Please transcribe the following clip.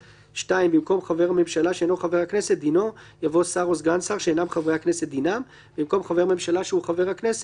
האספקטים, את כל הקווים